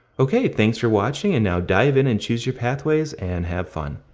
ok, thanks for watching and now dive in and choose your pathways and have fun.